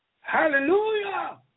Hallelujah